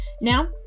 Now